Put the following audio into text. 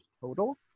total